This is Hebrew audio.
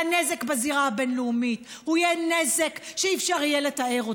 והנזק בזירה הבין-לאומית הוא יהיה נזק שלא יהיה אפשר לתאר אותו,